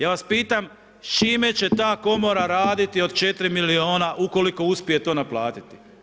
Ja vas pitam s čime će ta komora raditi od 4 milijuna ukoliko uspije to naplatiti?